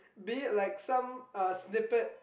be it like some uh snippet